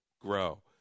grow